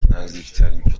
نزدیکترین